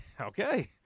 Okay